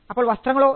അപ്പോൾ വസ്ത്രങ്ങളോ